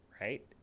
right